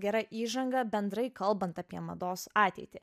gera įžanga bendrai kalbant apie mados ateitį